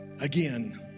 again